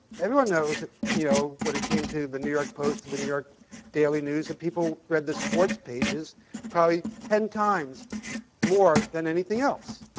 everyone knows that, you know, when it came to the new york post, to the new york daily news, that people read the sports pages probably ten times more than anything else.